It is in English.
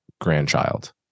grandchild